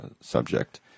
subject